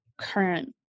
current